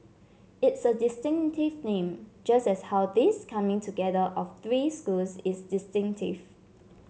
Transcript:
it's a distinctive name just as how this coming together of three schools is distinctive